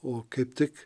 o kaip tik